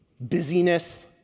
busyness